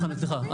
סליחה.